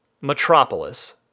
metropolis